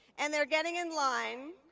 and they're getting in line,